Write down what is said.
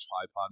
tripod